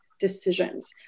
decisions